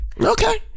Okay